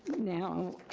now,